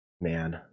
Man